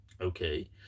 okay